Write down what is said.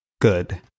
good